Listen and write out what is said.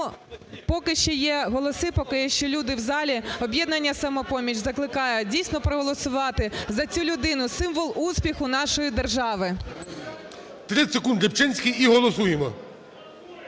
Тому поки що є голоси, поки є ще люди в залі, "Об'єднання "Самопоміч" закликає, дійсно, проголосувати за цю людину – символ успіху нашої держави. ГОЛОВУЮЧИЙ. 30 секунд, Рибчинський і голосуємо.